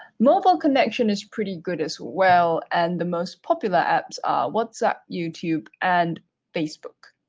local connection is pretty good as well and the most popular apps are whatsapp, youtube, and facebook.